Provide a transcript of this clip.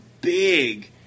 big